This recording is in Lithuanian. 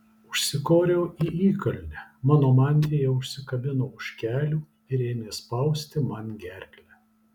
užsikoriau į įkalnę mano mantija užsikabino už kelių ir ėmė spausti man gerklę